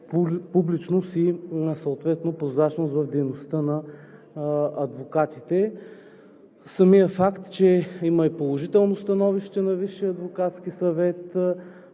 публичност и прозрачност в дейността на адвокатите. Самият факт, че има положително становище на Висшия адвокатски съвет,